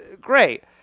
great